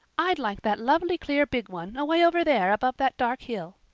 i'd like that lovely clear big one away over there above that dark hill.